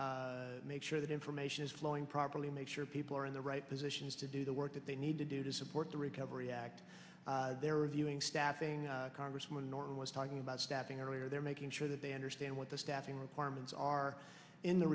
organization make sure that information is flowing properly make sure people are in the right positions to do the work that they need to do to support the recovery act there are viewing staffing congresswoman norton was talking about staffing earlier they're making sure that they understand what the staffing requirements are in the